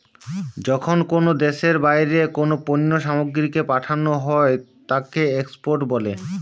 যখন কোনো দ্যাশের বাহিরে কোনো পণ্য সামগ্রীকে পাঠানো হই তাকে এক্সপোর্ট বলে